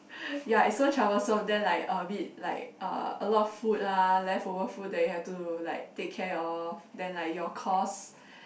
ya it's so troublesome then like a bit like uh a lot of food ah leftover food that you have to like take care of then like your cost